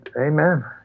amen